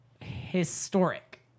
historic